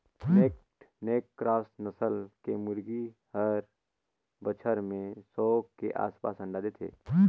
naked neck cross नसल के मुरगी हर बच्छर में सौ के आसपास अंडा देथे